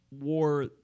war